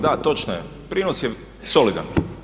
Da, točno je, prinos je solidan.